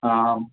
ஆம்